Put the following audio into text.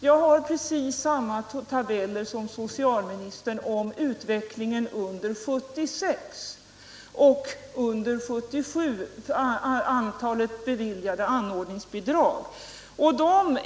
Jag har precis samma tabeller som socialministern över antalet beviljade anordningsbidrag under 1976 och 1977.